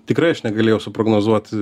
tikrai aš negalėjau suprognozuoti